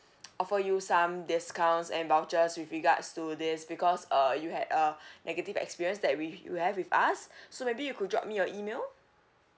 offer you some discounts and vouchers with regards to this because uh you had a negative experience that we you have with us so maybe you could drop me your email